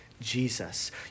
Jesus